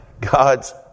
God's